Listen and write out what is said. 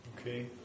Okay